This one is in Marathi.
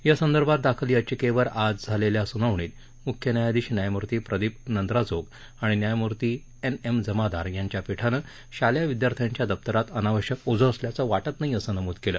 यासंदर्भात दाखल याचिकेवर आज झालेल्या सुनावणीत मुख्य न्यायाधीश न्यायमूर्ती प्रदीप नंद्राजोग आणि न्यायमूर्ती एन एम जमादार यांच्या पीठानं शालेय विदयार्थ्याच्या दप्तरात अनावश्यक ओझं असल्याचं वाटत नाही असं नमूद केलं